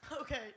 Okay